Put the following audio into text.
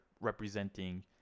representing